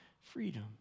freedom